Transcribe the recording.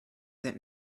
that